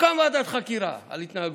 תוקם ועדת חקירה על התנהגות,